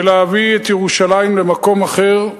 ולהביא את ירושלים למקום אחר.